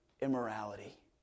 immorality